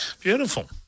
Beautiful